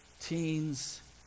teens